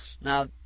Now